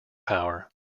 power